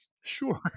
sure